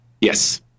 Yes